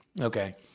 Okay